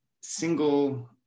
single